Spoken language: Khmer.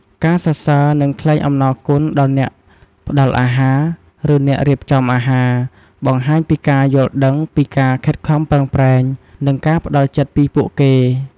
ការសរសើរ និងថ្លែងអំណរគុណដល់អ្នកផ្ដល់អាហារ ឬអ្នករៀបចំអាហារ បង្ហាញពីការយល់ដឹងពីការខំប្រឹងប្រែង និងការផ្តល់ចិត្តពីពួកគេ។